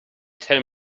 tell